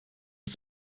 ist